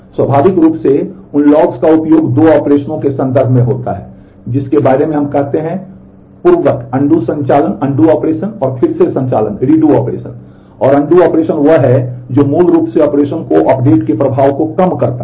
स्वाभाविक रूप से उन लॉग्स का उपयोग दो ऑपरेशनों के संदर्भ में होता है जिनके बारे में हम कहते हैं कि पूर्ववत अनडू संचालन और अनडू ऑपरेशन वह है जो मूल रूप से ऑपरेशन को अपडेट के प्रभाव को कम करता है